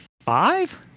five